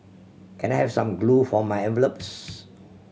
can I have some glue for my envelopes